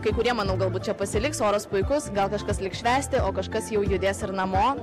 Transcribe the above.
kai kurie manau galbūt čia pasiliks oras puikus gal kažkas liks švęsti o kažkas jau judės ir namo